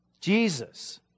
Jesus